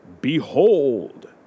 Behold